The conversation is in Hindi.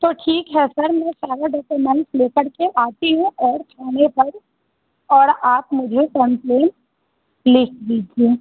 तो ठीक है सर मैं सारा डॉक्यूमेंट लेकर के आती हूँ और थाने पर और आप मुझे कंप्लेन लिख दीजिए